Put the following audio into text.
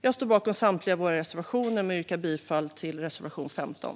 Jag står bakom samtliga våra reservationer men yrkar bifall endast till reservation 15.